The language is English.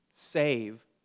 save